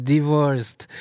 Divorced